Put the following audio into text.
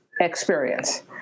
experience